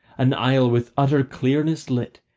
an isle with utter clearness lit,